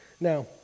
Now